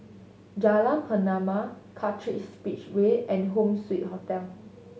Jalan Pernama Kartright Speedway and Home Suite Hotel